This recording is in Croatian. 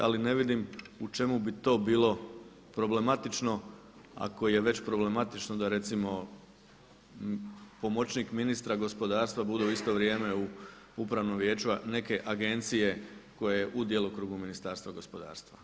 Ali ne vidim u čemu bi to bilo problematično ako je već problematično onda recimo pomoćnik ministra gospodarstva bude u isto vrijeme u upravnom vijeću neke agencije koja je u djelokrugu Ministarstva gospodarstva.